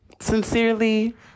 Sincerely